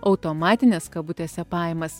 automatinės kabutėse pajamas